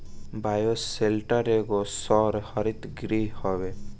bioshelter एगो सौर हरितगृह हवे